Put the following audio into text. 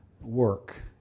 work